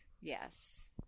Yes